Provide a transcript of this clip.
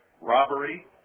robbery